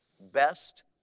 Best